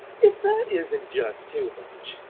if that isn't just too much!